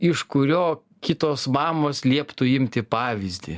iš kurio kitos mamos lieptų imti pavyzdį